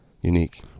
unique